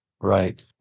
Right